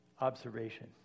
observation